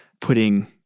putting